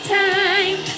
time